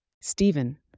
Stephen